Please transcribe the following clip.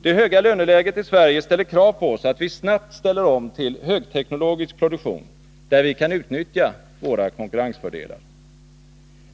Det höga löneläget i Sverige ställer krav på oss att vi snabbt ställer om till högteknologisk produktion, där vi kan utnyttja våra konkurrensfördelar.